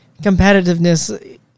competitiveness